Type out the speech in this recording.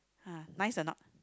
ah nice or not